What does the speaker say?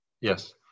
Yes